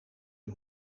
een